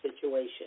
situation